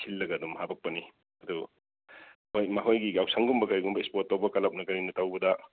ꯁꯤꯜꯂꯒ ꯑꯗꯨꯝ ꯍꯥꯞꯂꯛꯄꯅꯤ ꯑꯗꯨ ꯍꯣꯏ ꯃꯈꯣꯏꯒꯤ ꯌꯥꯎꯁꯒꯨꯝꯕ ꯀꯩꯒꯨꯝꯕ ꯏꯁꯄꯣꯔꯠ ꯇꯧꯕ ꯀ꯭ꯂꯕꯅ ꯀꯔꯤꯅ ꯇꯧꯕꯗ